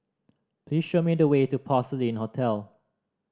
please show me the way to Porcelain Hotel